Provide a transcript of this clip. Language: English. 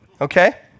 okay